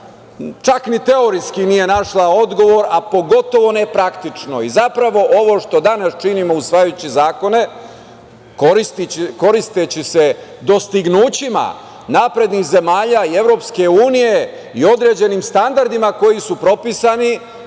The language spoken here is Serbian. čak ni teoretski našla odgovor, a pogotovo ne praktičnoj. Zapravo, ovo što danas činimo, usvajajući zakone, koristeći se dostignućima naprednih zemalja i EU, i određenim standardima koji su propisani,